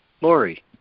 Lori